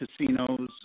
casinos